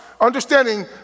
Understanding